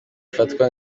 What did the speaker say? ifatwa